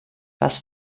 was